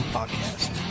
Podcast